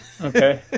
Okay